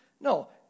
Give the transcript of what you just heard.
No